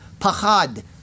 pachad